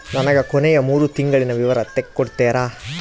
ನನಗ ಕೊನೆಯ ಮೂರು ತಿಂಗಳಿನ ವಿವರ ತಕ್ಕೊಡ್ತೇರಾ?